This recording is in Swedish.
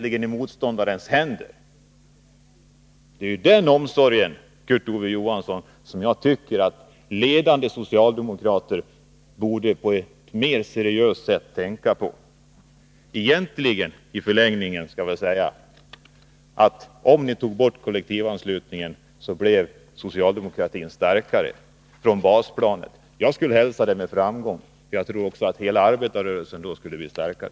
De hade spelat motståndaren i händerna. Det är den omsorgen, Kurt Ove Johansson, som jag tycker att ledande socialdemokrater borde beakta mer än vad som sker. Jag anser att om ni tog bort kollektivanslutningen skulle socialdemokratin bli starkare från basplanet. Jag skulle hälsa det med glädje, eftersom jag tror att hela arbetarrörelsen därigenom skulle bli starkare.